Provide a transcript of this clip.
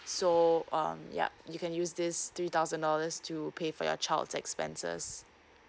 so um ya you can use this three thousand dollars to pay for your child's expenses